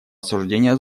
осуждения